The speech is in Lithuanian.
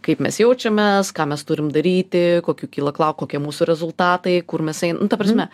kaip mes jaučiamės ką mes turim daryti kokių kyla klau kokie mūsų rezultatai kur mes ein nu ta prasme